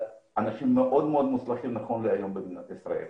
אנשים מאוד מאוד מוצלחים נכון להיום במדינת ישראל.